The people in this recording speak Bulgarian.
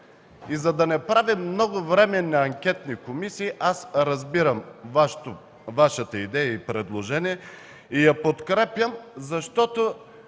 За да не правим много временни анкетни комисии, аз разбирам Вашата идея и предложение и ги подкрепям, защото